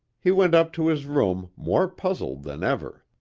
he went up to his room more puzzled than ever.